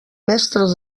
mestres